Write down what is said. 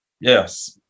yes